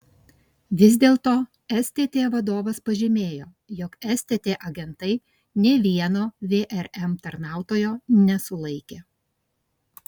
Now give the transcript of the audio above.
vis dėlto stt vadovas pažymėjo jog stt agentai nė vieno vrm tarnautojo nesulaikė